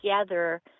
together